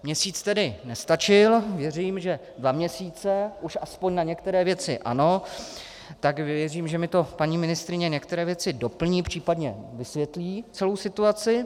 Měsíc tedy nestačil, věřím, že dva měsíce už aspoň na některé věci ano, tak věřím, že mi paní ministryně některé věci doplní, případně vysvětlí celou situaci.